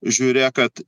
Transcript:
žiūrėk kad